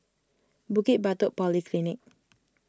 Bukit Batok Polyclinic